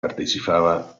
partecipava